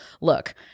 look